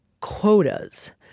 quotas